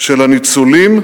של הניצולים,